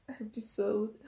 episode